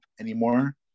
anymore